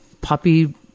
puppy